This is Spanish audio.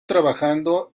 trabajando